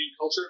culture